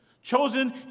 Chosen